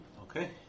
Okay